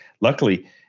Luckily